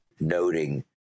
noting